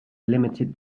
limited